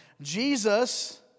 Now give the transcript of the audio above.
Jesus